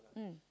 mm